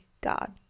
God